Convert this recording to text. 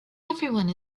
everyone